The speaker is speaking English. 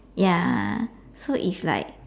ya so if like